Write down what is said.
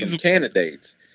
candidates